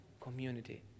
community